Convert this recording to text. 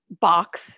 box